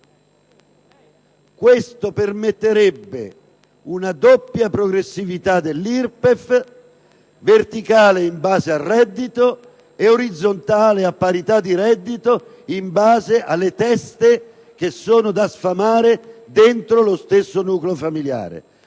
Questo permetterebbe una doppia progressività dell'IRPEF, verticale in base al reddito e orizzontale a parità di reddito, in base alle teste che sono da sfamare dentro lo stesso nucleo familiare.